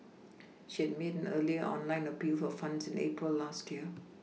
she had made an earlier online appeal for funds in April last year